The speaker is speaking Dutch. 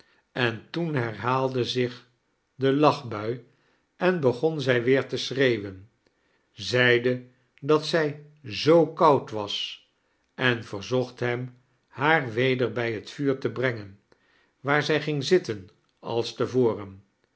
en toen herhaalde zich de lachbui en begon zij weer te schreeuwen zeide dat zij zoo koud was en verzocht hem haar weder bij het vuur te brengen waar zij ging zittenals te